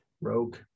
Rogue